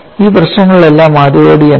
ഈ പ്രശ്നങ്ങളിലെല്ലാം ആദ്യപടി എന്താണ്